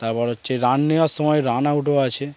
তারপর হচ্ছে রান নেওয়ার সময় রান আউটও আছে